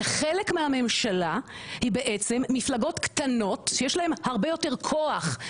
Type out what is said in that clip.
שחלק מהממשלה היא בעצם מפלגות קטנות שיש להם הרבה יותר כוח,